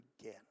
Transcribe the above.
again